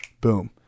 boom